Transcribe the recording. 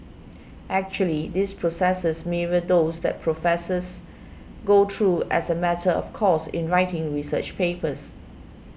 actually these processes mirror those that professors go through as a matter of course in writing research papers